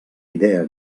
idea